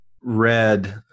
read